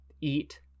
eat